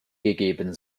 gegeben